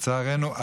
לצערנו,